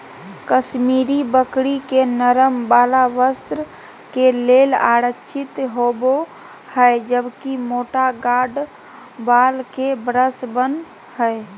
कश्मीरी बकरी के नरम वाल वस्त्र के लेल आरक्षित होव हई, जबकि मोटा गार्ड वाल के ब्रश बन हय